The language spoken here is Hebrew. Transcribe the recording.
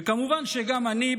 וכמובן שגם אני,